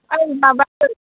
ओइ माबाफोर